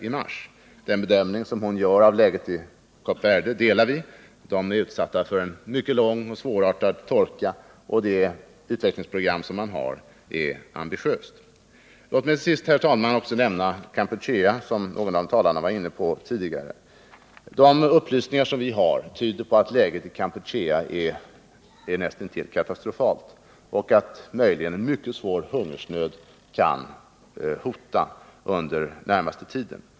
Vi delar hennes bedömning av läget i Kap Verde. Landet har utsatts för en mycket lång och svårartad torka, och utvecklingsprogrammet är ambitiöst. Låt mig, herr talman, till sist nämna Kampuchea som någon av talarna var inne på. De upplysningar som vi har tyder på att läget i Kampuchea är näst intill katastrofalt och att en mycket svår hungersnöd möjligen hotar inom den närmaste tiden.